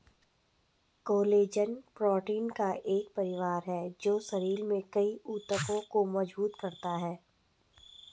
collagen protein का एक परिवार है जो शरीर में कई ऊतकों को मजबूत करता है